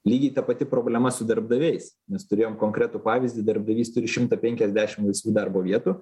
lygiai ta pati problema su darbdaviais nes turėjom konkretų pavyzdį darbdavys trys šimtai penkiasdešim laisvų darbo vietų